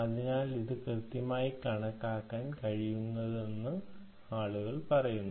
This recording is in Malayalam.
അതിനാൽ ഇത് കൃത്യമായി കണക്കാക്കാൻ കഴിയുന്നതാണെന്ന് ആളുകൾ പറയുന്നു